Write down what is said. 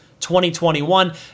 2021